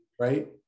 right